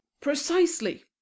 Precisely